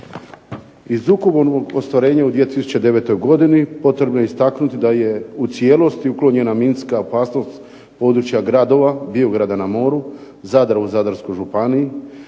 U ukupnom ostvarenju u 2009. godini potrebno je istaknuti da je u cijelosti uklonjena minska opasnost s područja gradova Biograda na moru, Zadra u Zadarskoj županiji,